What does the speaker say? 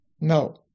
No